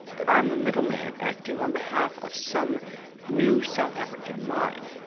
that i am a middleman acting on behalf of some new south african mine,